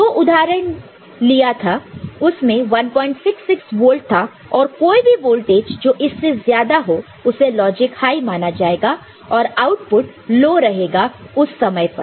जो उदाहरण ने लिया था उसमें 166 वोल्ट था तो कोई भी वोल्टेज जो इससे ज्यादा हो उसे लॉजिक हाय माना जाएगा और आउटपुट लो रहेगा उस समय पर